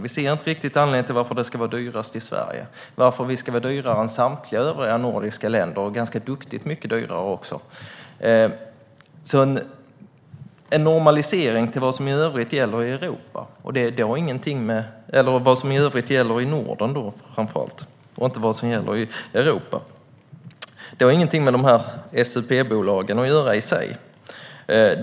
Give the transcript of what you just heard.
Vi ser inte riktigt någon anledning till att det ska vara dyrast i Sverige, det vill säga dyrare än i samtliga övriga nordiska länder - ganska duktigt mycket dyrare. En normalisering till vad som i övrigt gäller i Norden och inte vad som gäller i Europa har ingenting med SUP-bolagen att göra.